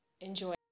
Enjoy